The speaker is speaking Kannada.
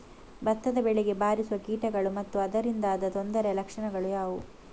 ಭತ್ತದ ಬೆಳೆಗೆ ಬಾರಿಸುವ ಕೀಟಗಳು ಮತ್ತು ಅದರಿಂದಾದ ತೊಂದರೆಯ ಲಕ್ಷಣಗಳು ಯಾವುವು?